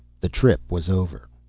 the trip was over.